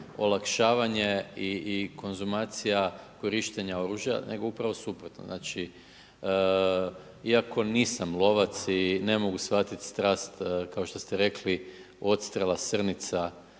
olakšavanje i kontumacija korištenje oružja nego upravo suprotno. Znači iako nisam lovac i ne mogu shvatiti strast, kao što ste rekli odstrela, srnica